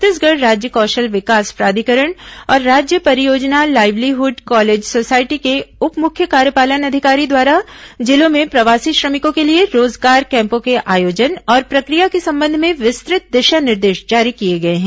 छत्तीसगढ़ राज्य कोशल विकास प्राधिकरण और राज्य परियोजना लाईवलीहुड कॉलेज सोसायटी के उप मुख्य कार्यपालन अधिकारी द्वारा जिलों में प्रवासी श्रमिकों के लिए रोजगार कैम्पों के आयोजन और प्रक्रिया के संबंध में विस्तृत दिशा निर्देश जारी किए गए हैं